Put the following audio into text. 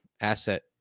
asset